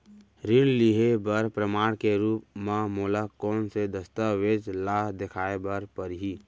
ऋण लिहे बर प्रमाण के रूप मा मोला कोन से दस्तावेज ला देखाय बर परही?